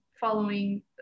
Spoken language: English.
following